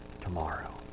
tomorrow